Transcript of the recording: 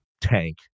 tank